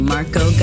Marco